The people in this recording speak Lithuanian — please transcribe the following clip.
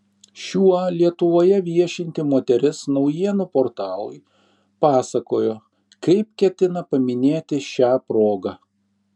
šiuo lietuvoje viešinti moteris naujienų portalui pasakojo kaip ketina paminėti šią progą